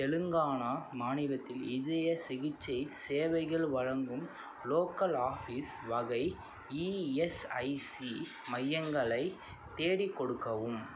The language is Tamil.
தெலுங்கானா மாநிலத்தில் இதயச் சிகிச்சை சேவைகள் வழங்கும் லோக்கல் ஆஃபீஸ் வகை இஎஸ்ஐசி மையங்களை தேடிக் கொடுக்கவும்